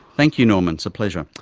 thank you norman, it's a pleasure.